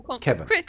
Kevin